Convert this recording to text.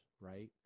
right